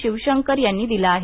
शिवशंकर यांनी दिला आहे